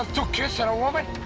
um two kids and a woman?